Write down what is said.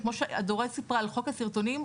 כמו שאדורה סיפרה על חוק הסרטונים,